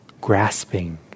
grasping